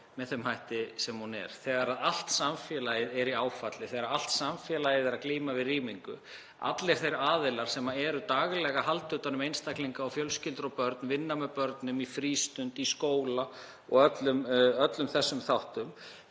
með þeim hætti sem hún er, þegar allt samfélagið er í áfalli, þegar allt samfélagið er að glíma við rýmingu, allir þeir aðilar sem eru daglega að halda utan um einstaklinga og fjölskyldur og vinna með börnum í frístund, í skóla og öllum þessum þáttum.